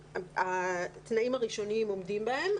התנאים הראשוניים עומדים בהם,